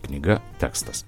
knyga tekstas